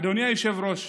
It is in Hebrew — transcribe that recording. אדוני היושב-ראש,